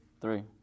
three